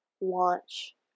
launch